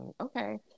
Okay